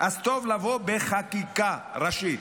אז טוב לבוא בחקיקה ראשית,